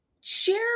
share